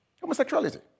Homosexuality